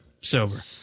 sober